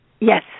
Yes